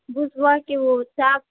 भूसुआ के ओ सा